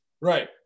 right